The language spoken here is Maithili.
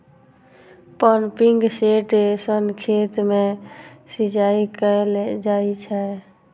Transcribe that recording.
पंपिंग सेट सं खेत मे सिंचाई कैल जाइ छै